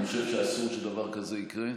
אני חושב שאסור שדבר כזה יקרה,